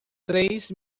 três